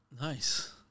nice